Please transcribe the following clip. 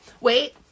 Wait